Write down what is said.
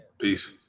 Peace